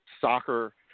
soccer